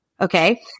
okay